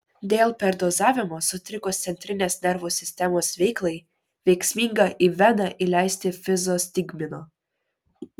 dėl perdozavimo sutrikus centrinės nervų sistemos veiklai veiksminga į veną įleisti fizostigmino